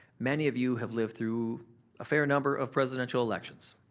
many of you have lived through a fair number of presidential elections.